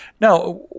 Now